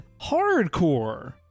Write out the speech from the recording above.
hardcore